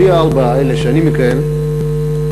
בלי הארבע האלה שאני מכהן בהן,